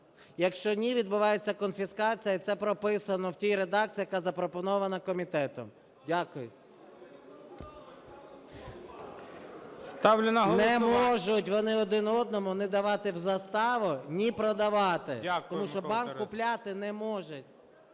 Якщо ні, відбувається конфіскація і це прописано в тій редакції, яка запропонована комітетом. Дякую. Не можуть вони один одному ні давати в заставу, ні продавати, тому що банк купляти не може.